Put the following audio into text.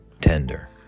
tender